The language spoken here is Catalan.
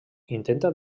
intenta